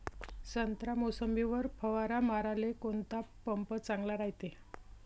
संत्रा, मोसंबीवर फवारा माराले कोनचा पंप चांगला रायते?